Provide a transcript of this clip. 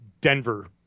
Denver